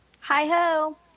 Hi-ho